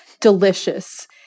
delicious